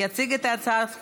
יציג את הצעת החוק,